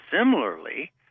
similarly